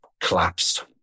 collapsed